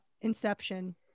Inception